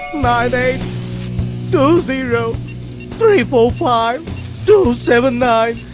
nine eight two zero three four five two seven nine.